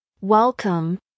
Welcome